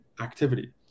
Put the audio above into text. activity